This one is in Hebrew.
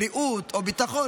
בריאות או ביטחון.